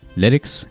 lyrics